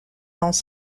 dans